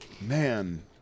Man